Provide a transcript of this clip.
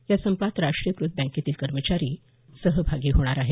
या संपात राष्ट्रीयकृत बँकेतील कर्मचारी सहभागी होणार आहेत